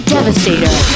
Devastator